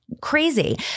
crazy